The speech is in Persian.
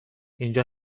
اینجا